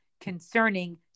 concerning